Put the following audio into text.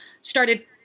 started